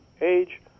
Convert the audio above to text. age